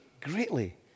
greatly